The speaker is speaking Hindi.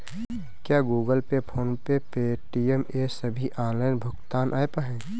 क्या Google Pay PhonePe Paytm ये सभी ऑनलाइन भुगतान ऐप हैं?